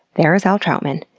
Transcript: there's al troutman,